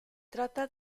trata